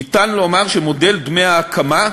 ניתן לומר שמודל דמי ההקמה,